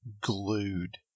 glued